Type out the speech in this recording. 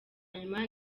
nyuma